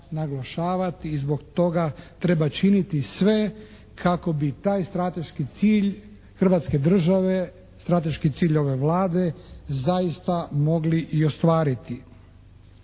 naglašavati i zbog toga treba činiti sve kako bi taj strateški cilj Hrvatske države, strateški cilj ove Vlade zaista mogli i ostvariti.